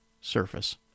surface